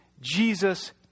Jesus